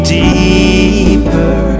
deeper